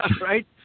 right